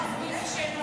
הם צריכים שם עוד אנשים.